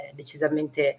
decisamente